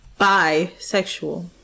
bisexual